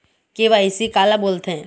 KYC काला बोलथें?